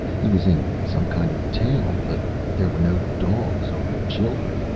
he was in some kind of town. but there were no dogs or children.